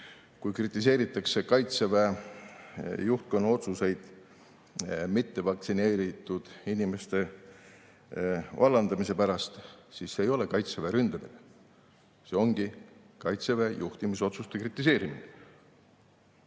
et kritiseeritakse Kaitseväe juhtkonna otsuseid mittevaktsineeritud inimeste vallandamise pärast. See ei ole Kaitseväe ründamine. See ongi Kaitseväe juhtimisotsuste kritiseerimine.